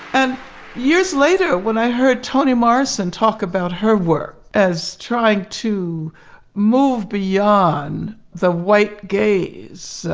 and years later, when i heard toni morrison talk about her work as trying to move beyond the white gaze,